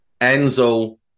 Enzo